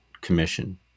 commission